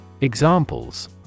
Examples